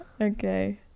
Okay